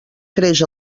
creix